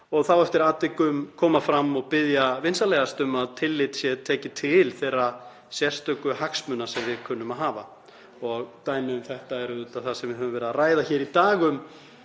og þá eftir atvikum koma fram og biðja vinsamlegast um að tillit sé tekið til þeirra sérstöku hagsmuna sem við kunnum að hafa. Dæmi um þetta er auðvitað það sem við höfum verið að ræða hér í dag,